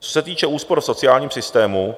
Co se týče úspor v sociálním systému,